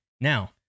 Now